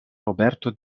roberto